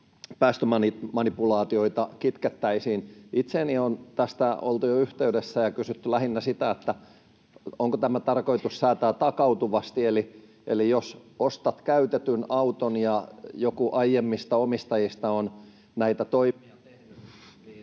päästömanipulaatioita kitkettäisiin. Itseeni on tästä oltu jo yhteydessä ja kysytty lähinnä sitä, että onko tämä tarkoitus säätää takautuvasti. Eli jos ostat käytetyn auton ja joku aiemmista omistajista on näitä toimia tehnyt, niin...